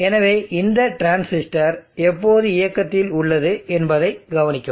எனவே இந்த டிரான்சிஸ்டர் எப்போது இயக்கத்தில் உள்ளது என்பதை கவனிக்கவும்